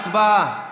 הצבעה.